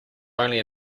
only